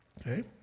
Okay